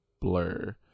blur